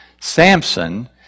Samson